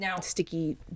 sticky